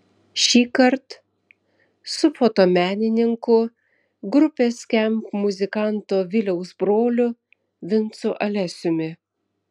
šįkart su fotomenininku grupės skamp muzikanto viliaus broliu vincu alesiumi